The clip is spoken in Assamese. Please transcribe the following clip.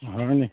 হয়নি